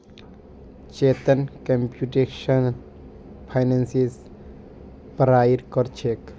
Chetan computational फाइनेंसेर पढ़ाई कर छेक